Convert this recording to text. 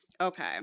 Okay